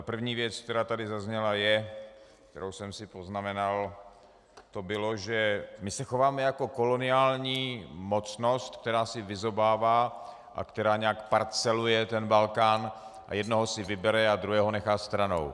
První věc, která tady zazněla, kterou jsem si poznamenal že se chováme jako koloniální mocnost, která si vyzobává a která nějak parceluje Balkán, jednoho si vybere a druhého nechá stranou.